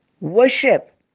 Worship